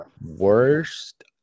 worst